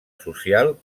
social